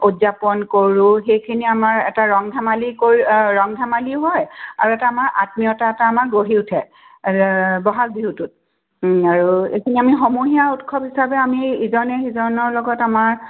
উদযাপন কৰোঁ সেইখিনি আমাৰ এটা ৰং ধেমালি কৰি ৰং ধেমালিও হয় আৰু এটা আমাৰ আত্মীয়তা এটা আমাৰ গঢ়ি উঠে ব'হাগ বিহুটোত আৰু এইখিনি আমি সমূহীয়া উৎসৱ হিচাপে আমি ইজনে সিজনৰ লগত আমাৰ